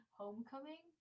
homecoming